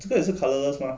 这个也是 colorless mah